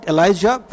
Elijah